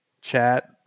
chat